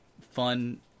fun